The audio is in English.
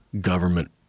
government